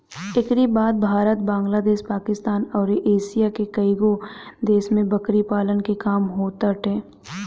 एकरी बाद भारत, बांग्लादेश, पाकिस्तान अउरी एशिया के कईगो देश में बकरी पालन के काम होताटे